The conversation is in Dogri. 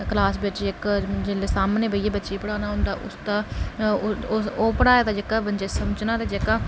क्लास बिच इक जेल्लै सामनै बेहियै बच्चे ई पढ़ाना होंदा उसदा ओह् ओह् पढ़ाए दा जेह्का बंदे ईं समझ जेह्का